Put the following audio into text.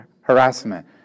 harassment